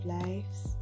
lives